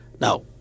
Now